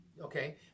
Okay